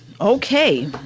Okay